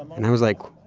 and i was like,